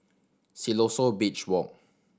Siloso Beach Walk